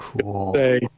cool